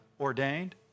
ordained